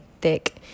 thick